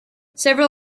several